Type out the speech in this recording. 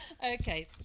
okay